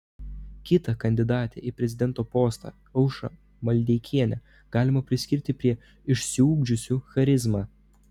kitą kandidatę į prezidento postą aušrą maldeikienę galima priskirti prie išsiugdžiusių charizmą